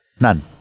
None